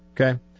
Okay